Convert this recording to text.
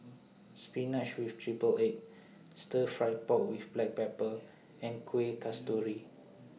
Spinach with Triple Egg Stir Fry Pork with Black Pepper and Kueh Kasturi